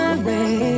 away